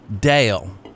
Dale